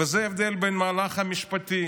וזה ההבדל מהמהלך המשפטי